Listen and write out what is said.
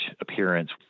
appearance